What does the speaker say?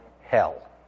hell